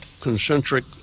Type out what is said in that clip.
concentric